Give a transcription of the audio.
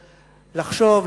לחשוב,